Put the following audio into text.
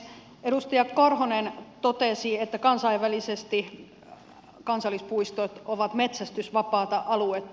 edustaja korhonen totesi että kansainvälisesti kansallispuistot ovat metsästysvapaata aluetta